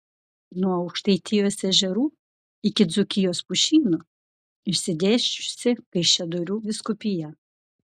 nuo aukštaitijos ežerų iki dzūkijos pušynų išsidėsčiusi kaišiadorių vyskupija